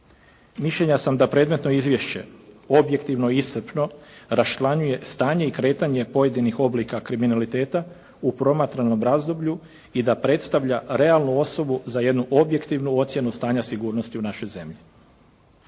Mišljenja sam da predmetno izvješće objektivno i iscrpno raščlanjuje stanje i kretanje pojedinih oblika kriminaliteta u promatranom razdoblju i da predstavlja realnu osobu za jednu objektivnu ocjenu stanja sigurnosti u našoj zemlji.